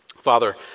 Father